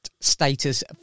status